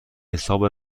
حساب